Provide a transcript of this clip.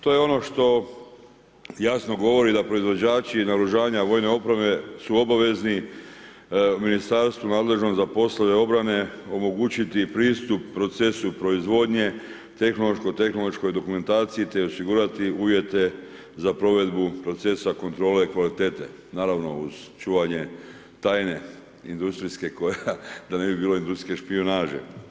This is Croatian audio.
To je ono što jasno govori da proizvođači naoružanja vojne opreme su obavezni ministarstvu nadležnom za poslove obrane omogućiti pristup procesu proizvodnje tehnološkog dokumentaciji te osigurati uvjete za provedbu procesa kontrole kvalitete naravno uz čuvanje tajne industrijske koja da ne bi bilo industrijske špijunaže.